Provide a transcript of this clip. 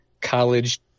college